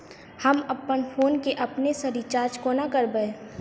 हम अप्पन फोन केँ अपने सँ रिचार्ज कोना करबै?